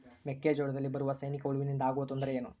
ಮೆಕ್ಕೆಜೋಳದಲ್ಲಿ ಬರುವ ಸೈನಿಕಹುಳುವಿನಿಂದ ಆಗುವ ತೊಂದರೆ ಏನು?